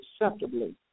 acceptably